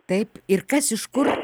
taip ir kas iš kur